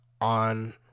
on